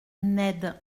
ned